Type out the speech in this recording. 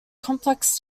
complex